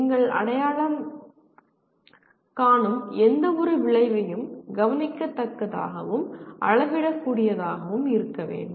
நீங்கள் அடையாளம் காணும் எந்தவொரு விளைவும் கவனிக்கத்தக்கதாகவும் அளவிடக்கூடியதாகவும் இருக்க வேண்டும்